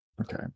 Okay